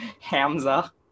Hamza